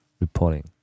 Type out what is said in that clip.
reporting